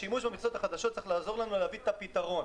השימוש במכסות החדשות צריך לעזור לנו להביא את הפתרון.